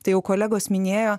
tai jau kolegos minėjo